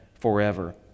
forever